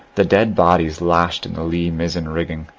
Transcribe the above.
the dead bodies lashed in the lee mizzen-rigging,